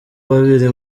babiri